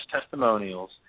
testimonials